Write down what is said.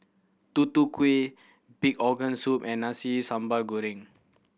Tutu Kueh pig organ soup and Nasi Sambal Goreng